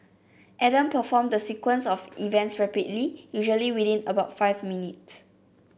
Adam performed the sequence of events rapidly usually within about five minutes